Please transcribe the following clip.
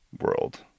world